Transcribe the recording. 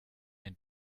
den